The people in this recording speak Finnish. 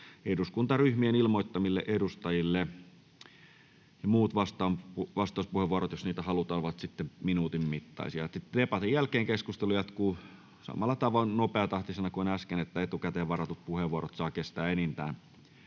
eduskuntaryhmien ilmoittamille edustajille. Muut vastauspuheenvuorot, jos niitä halutaan, ovat sitten minuutin mittaisia. Debatin jälkeen keskustelu jatkuu nopeatahtisena siten, että etukäteen varatut puheenvuorot saavat kestää enintään